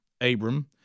Abram